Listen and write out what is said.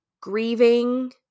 grieving